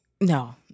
No